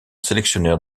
sélectionneur